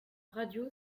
radio